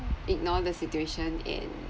ignore the situation and